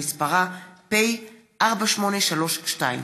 שמספרה פ/4832/20.